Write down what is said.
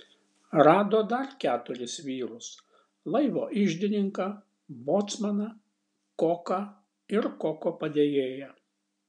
rado dar keturis vyrus laivo iždininką bocmaną koką ir koko padėjėją